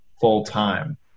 full-time